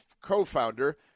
co-founder